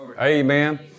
amen